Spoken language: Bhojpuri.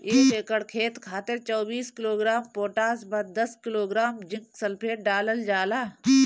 एक एकड़ खेत खातिर चौबीस किलोग्राम पोटाश व दस किलोग्राम जिंक सल्फेट डालल जाला?